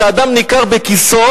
שאדם ניכר בכיסו,